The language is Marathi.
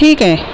ठीक आहे